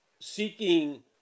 seeking